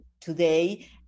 today